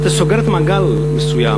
את סוגרת מעגל מסוים.